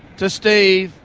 to steve,